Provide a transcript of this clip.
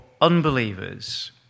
unbelievers